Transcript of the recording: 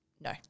no